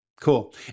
cool